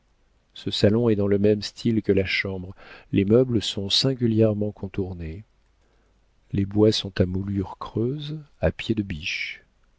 ce salon est dans le même style que la chambre les meubles sont singulièrement contournés les bois sont à moulures creuses à pieds de biche